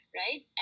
right